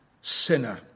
sinner